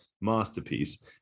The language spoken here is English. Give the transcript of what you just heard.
masterpiece